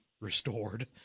restored